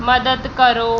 ਮਦਦ ਕਰੋ